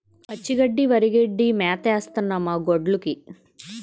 పచ్చి గడ్డి వరిగడ్డి మేతేస్తన్నం మాగొడ్డ్లుకి